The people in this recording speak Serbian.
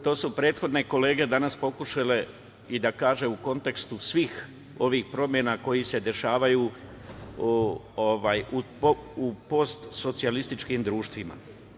To su prethodne kolege danas pokušale i da kažu u kontekstu svih ovih promena koje se dešavaju u post-socijalističkim društvima.